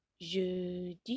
jeudi